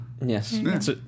Yes